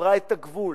עברה את הגבול